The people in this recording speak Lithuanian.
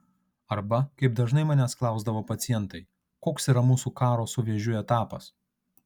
arba kaip dažnai manęs klausdavo pacientai koks yra mūsų karo su vėžiu etapas